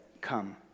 come